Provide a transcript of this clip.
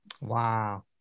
Wow